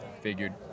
figured